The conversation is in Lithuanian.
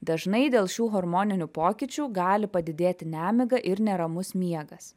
dažnai dėl šių hormoninių pokyčių gali padidėti nemiga ir neramus miegas